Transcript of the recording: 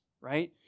right